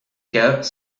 cas